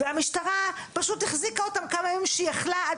והמשטרה פשוט החזיקה אותם כמה ימים שהיא יכלה עד